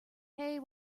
hay